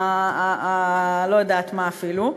לא יודעת מה אפילו,